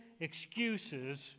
excuses